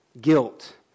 guilt